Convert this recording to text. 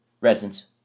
residents